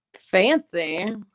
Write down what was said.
Fancy